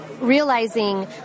realizing